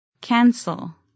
Cancel